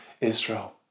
Israel